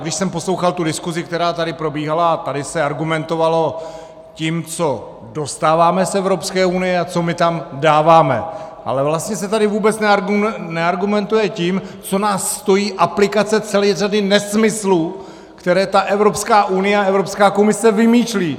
Když jsem poslouchal, tu diskuzi, která tady probíhala, a tady se argumentovalo tím, co dostáváme z Evropské unie a co my tam dáváme, ale vlastně se tady vůbec neargumentuje tím, co nás stojí aplikace celé řady nesmyslů, které ta Evropská unie a Evropská komise vymýšlí.